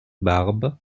barbe